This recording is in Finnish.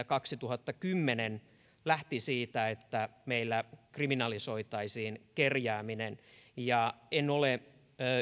kaksituhattakymmenen vp lähti siitä että meillä kriminalisoitaisiin kerjääminen en ole